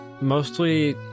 mostly